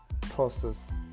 process